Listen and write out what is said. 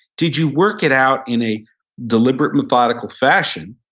did you work it out in a deliberate, methodical fashion?